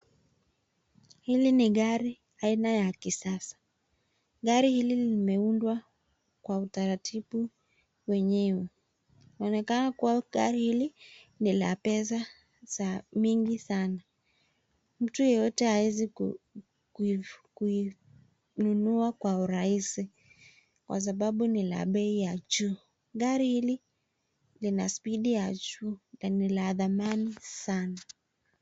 Hili ni gari aina ya kisasa. Gari hili limeundwa kwa utaratibu wenyewe inaonekana kuwa gari hili ni la pesa mingi sana. Mtu yeyote hawezi kuinunua kwa urahisi kwa sababu ni la bei ya juu. Gari hili lina spidi ya juu na ni la dhamani sana.